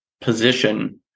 position